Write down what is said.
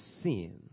sin